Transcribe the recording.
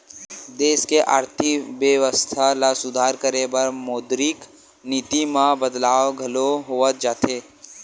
देस के आरथिक बेवस्था ल सुधार करे बर मौद्रिक नीति म बदलाव घलो होवत जाथे